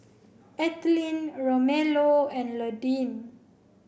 Ethelene Romello and Londyn